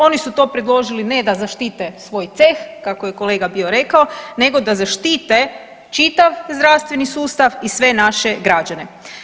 Oni su to predložili ne da zaštite svoj ceh kako je kolega bio rekao, nego da zaštite čitav zdravstveni sustav i sve naše građane.